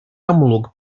amlwg